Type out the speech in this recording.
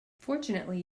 fortunately